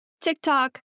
TikTok